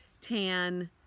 tan